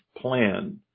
plan